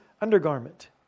undergarment